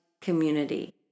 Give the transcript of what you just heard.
community